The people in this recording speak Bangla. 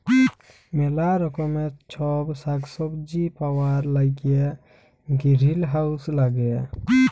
ম্যালা রকমের ছব সাগ্ সবজি পাউয়ার ল্যাইগে গিরিলহাউজ ল্যাগে